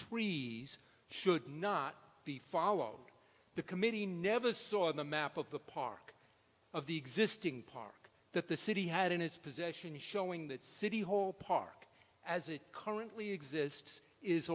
trees should not be followed the committee never saw on the map of the park of the existing park that the city had in its possession showing that city hall park as it currently exists is